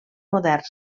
moderns